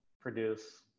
produce